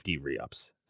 re-ups